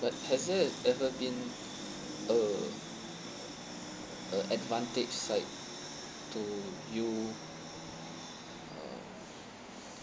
but has it ever been uh a advantage side to you uh